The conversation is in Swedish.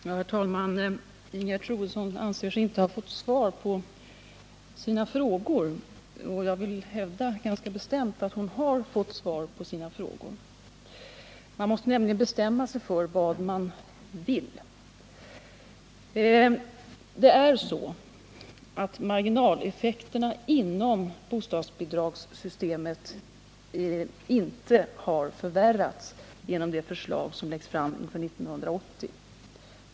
Herr talman! Ingegerd Troedsson anser sig inte ha fått svar på sina frågor. Jag vill hävda ganska bestämt att hon har fått det. Man måste nämligen bestämma sig för vad man vill. Det är så att marginaleffekterna inom bostadsbidragssystemet inte har förvärrats genom det förslag som läggs fram inför 1980.